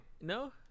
No